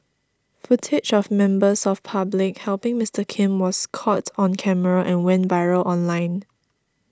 footage of members of public helping Mister Kim was caught on camera and went viral online